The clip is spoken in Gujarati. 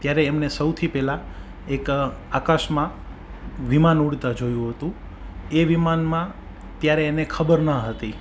ત્યારે એમને સૌથી પહેલા એક આકાશમાં વિમાન ઉડતા જોયું હતું એ વિમાનમાં ત્યારે એને ખબર ન હતી